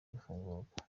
gufungurwa